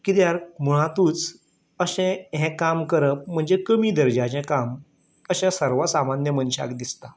किद्यार मुळातूच अशें हें काम करप म्हणजे कमी दर्ज्याचें काम अशें सर्वसामान्य मनशाक दिसता